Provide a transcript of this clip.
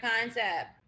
concept